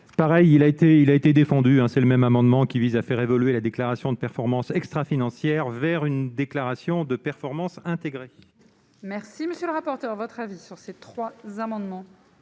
a été, il a été défendu, hein, c'est le même amendement qui vise à faire évoluer la déclaration de performance extra-financière vers une déclaration de performance intégrées. Merci, monsieur le rapporteur, votre avis sur ces trois amendements.